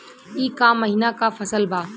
ई क महिना क फसल बा?